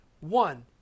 One